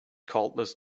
cordless